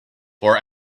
for